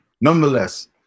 Nonetheless